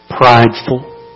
prideful